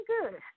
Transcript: good